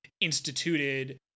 instituted